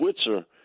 Switzer